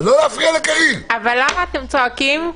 אבל למה אתם צועקים?